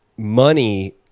money